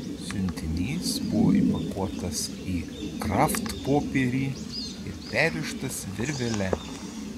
siuntinys buvo įpakuotas į kraftpopierį ir perrištas virvele